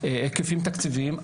היקפים תקציביים.